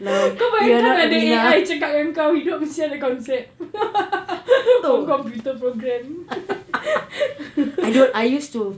kau bayangkan ada A_I cakap dengan kau hidup mesti ada concept computer programme